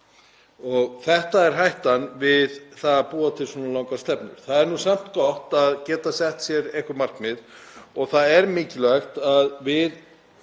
Þetta er hættan við að búa til svona langa stefnu. Það er samt gott að geta sett sér einhver markmið og það er mikilvægt að við